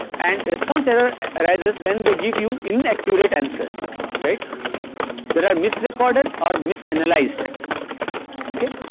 and the response error arises when they give you inaccurate answers right there are misrecorded or misanalyzed okay.